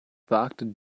wagte